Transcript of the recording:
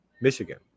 Michigan